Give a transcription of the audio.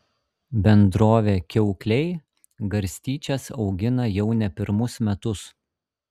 bendrovė kiaukliai garstyčias augina jau ne pirmus metus